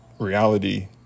reality